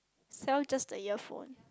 sell just the earphone